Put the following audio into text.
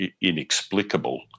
inexplicable